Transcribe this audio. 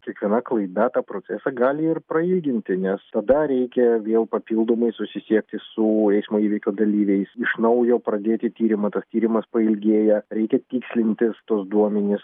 kiekviena klaida tą procesą gali ir prailginti nes tada reikia vėl papildomai susisiekti su eismo įvykio dalyviais iš naujo pradėti tyrimą tas tyrimas pailgėja reikia tikslintis tuos duomenis